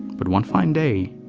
but one fine day.